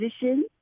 position